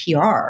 PR